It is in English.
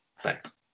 Thanks